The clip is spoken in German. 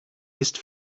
ist